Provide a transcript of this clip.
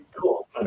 Cool